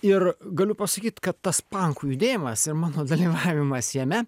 ir galiu pasakyt kad tas pankų judėjimas ir mano dalyvavimas jame